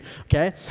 Okay